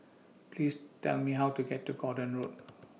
Please Tell Me How to get to Gordon Road